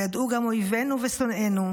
וידעו גם אויבינו ושונאינו,